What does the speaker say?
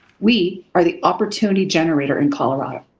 we are the opportunity generator in colorado.